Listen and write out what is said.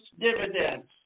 dividends